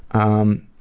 um,